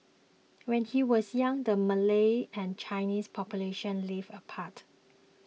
when he was young the Malay and Chinese populations lived apart